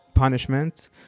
punishment